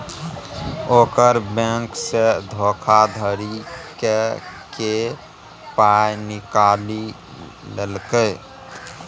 ओकर बैंकसँ धोखाधड़ी क कए पाय निकालि लेलकै